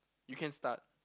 you can start